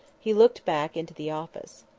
he looked back into the office.